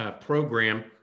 program